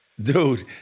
Dude